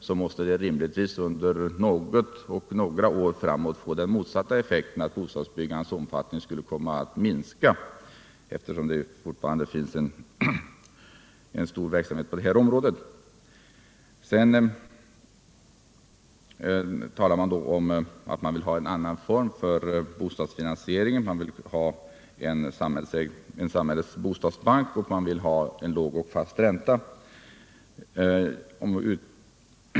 Det måste rimligtvis under något eller några år framåt få den motsatta effekten: bostadsbyggandets omfattning skulle komma att minska, eftersom det finns en omfattande privat verksamhet på detta område. Vidare talar man om att man vill ha en annan form för bostadsfinansieringen; man vill ha en samhällets bostadsbank, och man vill ha en låg och fast ränta.